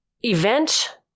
event